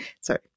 Sorry